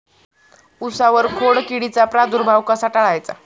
उसावर खोडकिडीचा प्रादुर्भाव कसा टाळायचा?